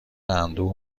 اندوه